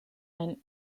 and